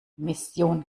mission